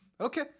Okay